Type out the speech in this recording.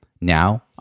now